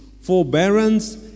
forbearance